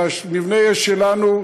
אלא מבנה שלנו,